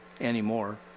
anymore